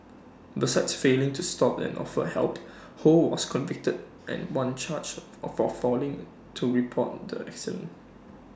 besides failing to stop and offer help ho was convicted and one charge for failing to report the accident